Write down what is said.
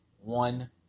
One